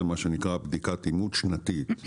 זה מה שנקרא בדיקת אימות שנתית.